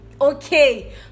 okay